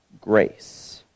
grace